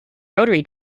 rotary